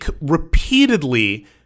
repeatedly